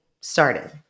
started